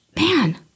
man